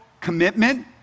commitment